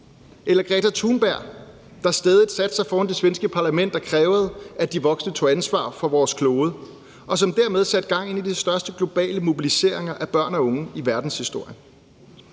er Greta Thunberg, der stædigt satte sig foran det svenske parlament og krævede, at de voksne tog ansvar for vores klode, og som dermed satte gang i en af de største globale mobiliseringer af børn og unge i verdenshistorien.